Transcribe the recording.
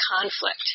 conflict